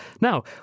now